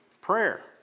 prayer